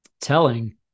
telling